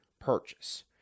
purchase